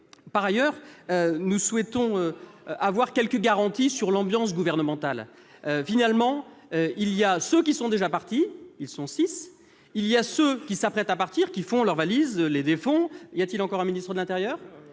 Par ailleurs, nous souhaitons obtenir quelques garanties sur l'ambiance gouvernementale. Finalement, il y a ceux qui sont déjà partis- ils sont six -, ceux qui s'apprêtent à partir, font et défont leurs valises- y a-t-il encore un ministre de l'intérieur ?